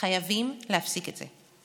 חייבים להפסיק את זה.